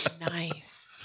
Nice